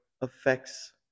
affects